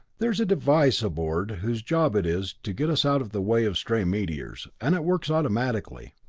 there's a device aboard whose job it is to get us out of the way of stray meteors, and it works automatically.